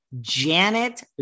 Janet